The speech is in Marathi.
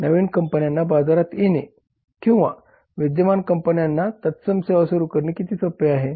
नवीन कंपन्यांना बाजारात येणे किंवा विद्यमान कंपन्यांना तत्सम सेवा सुरू करणे किती सोपे आहे